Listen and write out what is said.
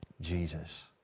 Jesus